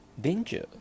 danger